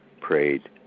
prayed